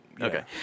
okay